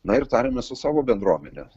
na ir tariamės su savo bendruomene